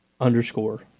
underscore